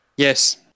Yes